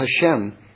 Hashem